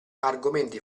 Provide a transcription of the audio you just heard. argomenti